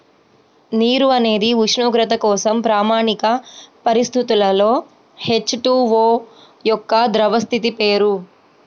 నీరు అనేది ఉష్ణోగ్రత కోసం ప్రామాణిక పరిస్థితులలో హెచ్.టు.ఓ యొక్క ద్రవ స్థితి పేరు